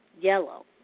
Yellow